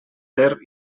ter